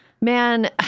man